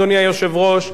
אדוני היושב-ראש,